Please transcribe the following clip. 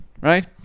right